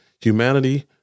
humanity